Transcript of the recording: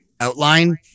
outline